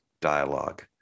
dialogue